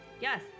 yes